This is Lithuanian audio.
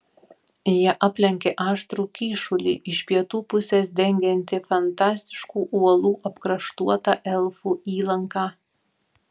jie aplenkė aštrų kyšulį iš pietų pusės dengiantį fantastiškų uolų apkraštuotą elfų įlanką